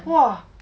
!wah!